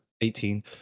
Eighteen